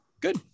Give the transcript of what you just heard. Good